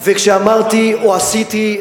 וכשאמרתי או עשיתי,